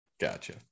Gotcha